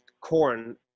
corn